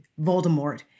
Voldemort